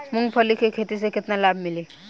मूँगफली के खेती से केतना लाभ मिली?